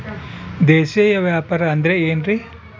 ದೇಶೇಯ ವ್ಯಾಪಾರ ಅಂದ್ರೆ ಏನ್ರಿ?